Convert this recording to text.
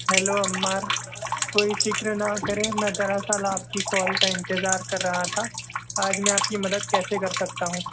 hello Ammar کوئی فکر نہ کریں میں دراصل آپ کی کال کا انتظار کر رہا تھا آج میں آپ کی مدد کیسے کر سکتا ہوں